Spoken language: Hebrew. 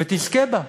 ותזכה בה.